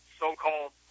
so-called